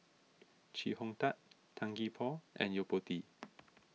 Chee Hong Tat Tan Gee Paw and Yo Po Tee